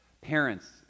Parents